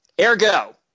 Ergo